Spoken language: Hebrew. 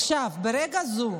ברגע זה,